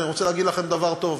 אני רוצה להגיד לכם דבר טוב: